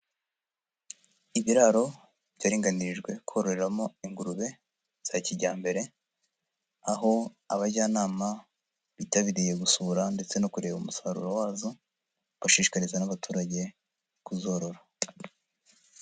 Ibiraro byaringanirijwe kororeramo ingurube za kijyambere, aho abajyanama bitabiriye gusura ndetse no kureba umusaruro wazo, gushishikariza n'abaturage kuzorora.